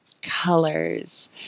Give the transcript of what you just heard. colors